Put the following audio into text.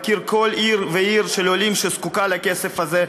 ואני מכיר כל עיר ועיר של עולים שזקוקות לכסף הזה.